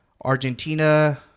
Argentina